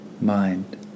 mind